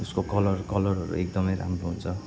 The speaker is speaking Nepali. उसको कलर कलरहरू एकदमै राम्रो हुन्छ